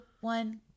one